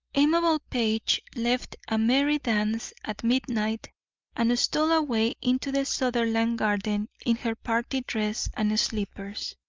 amabel page left a merry dance at midnight and stole away into the sutherland garden in her party dress and slippers